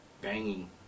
banging